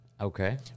Okay